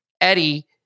Eddie